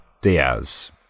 Diaz